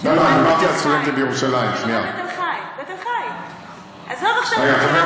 שלומד במכללת תל חי, לא, לא.